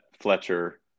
Fletcher